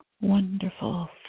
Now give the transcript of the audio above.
Wonderful